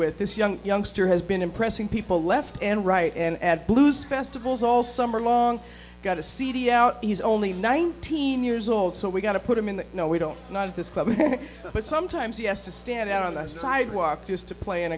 with this young youngster has been impressing people left and right and blues festivals all summer long got a cd out he's only nineteen years old so we got to put him in the no we don't know this club but sometimes yes to stand out on the sidewalk just to play in